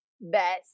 best